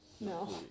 no